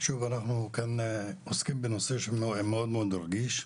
שוב אנחנו כאן עוסקים בנושא שהוא מאוד מאוד רגיש,